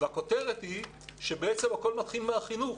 והכותרת היא שבעצם הכול מתחיל מהחינוך,